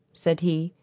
said he,